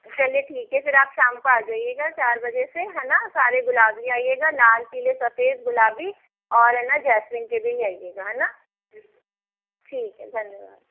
चलिए ठीक है फिर आप शाम को आ जाइयेगा चार बजे से है ना सारे गुलाब ले आइयेगा लाल पीले सफेद गुलाबी और है ना जैस्मिन के भी ले आइयेगा है ना ठीक है धन्यवाद